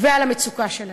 ועל המצוקה שלהן,